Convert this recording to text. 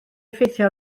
effeithio